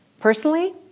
Personally